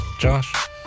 Josh